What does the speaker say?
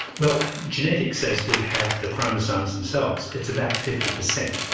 well, genetics as we have, the chromosomes themselves, it's about fifty percent,